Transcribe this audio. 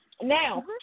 Now